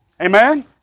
Amen